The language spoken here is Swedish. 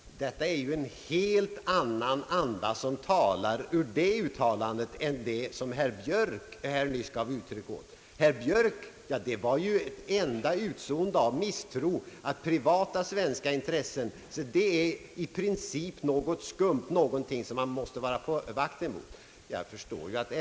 Det är en helt annan anda som talar ur det uttalandet än vad herr Björk nyss gav uttryck åt. Herr Björks uttalande var ju ett enda utsående av misstro — att privata svenska intressen är i princip något skumt, något som man måste vara på sin vakt mot.